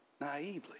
Naively